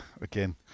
again